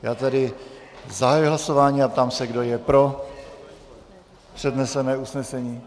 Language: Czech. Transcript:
Já tedy zahajuji hlasování a ptám se, kdo je pro přednesené usnesení.